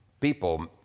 People